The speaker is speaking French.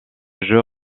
jeu